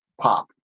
Pop